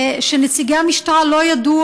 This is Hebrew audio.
ונציגי המשטרה לא ידעו